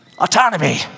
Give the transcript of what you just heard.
autonomy